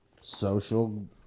social